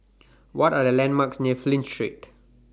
What Are The landmarks near Flint Street